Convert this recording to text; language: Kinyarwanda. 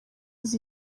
aza